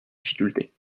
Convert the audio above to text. difficultés